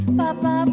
papa